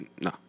No